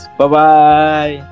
bye-bye